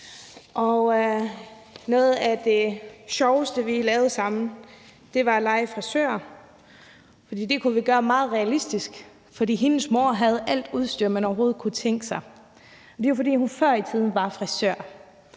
noget af det sjoveste, vi lavede sammen, var at lege frisør, for det kunne vi gøre meget realistisk, fordi hendes mor havde alt det udstyr, man overhovedet kunne tænke sig. Det var, fordi hun før i tiden havde